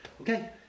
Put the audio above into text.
Okay